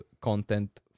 content